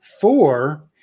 four